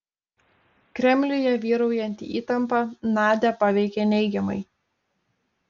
kremliuje vyraujanti įtampa nadią paveikė neigiamai